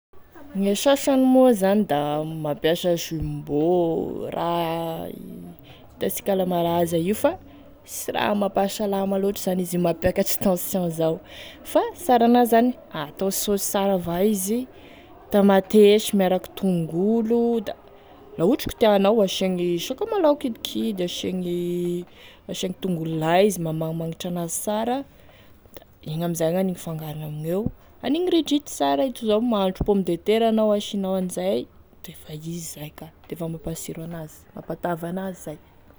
Gne sasany moa zany da mampiasa jumbo, raha hitasika le malaza io fa sy raha mampahasalama loatry zany izy io, mampiakatry tension zao, fa sara an'azy zany atao saosy sara avao izy, tamatesy miaraky tongolo, da la ohatry ka tianao, asiagny sakamalaho kidikidy, asiagny asiagny tongolo lay izy mahamagnimagnitry an'azy sara, da igny amin'izay gn'aniny fangarony amigneo, aniny ridritry sara, ohatry zao mahandro pomme de terre anao asianao an'i zay defa izy zay ka, defa mampasiro an'azy, mampatavy an'azy zay.